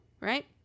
right